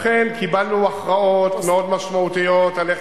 לכן קיבלנו הכרעות מאוד משמעותיות על איך